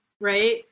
right